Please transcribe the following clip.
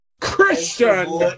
Christian